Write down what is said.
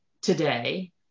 today